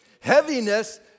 Heaviness